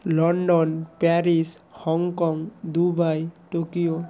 London Paris Hong Kong Dubai Tokyo